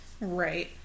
Right